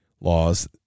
laws